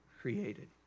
created